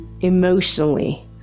emotionally